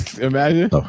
Imagine